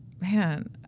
man